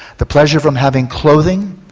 the pleasure from having clothing,